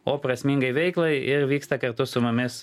o prasmingai veiklai ir vyksta kartu su mumis